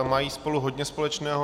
Mají spolu hodně společného.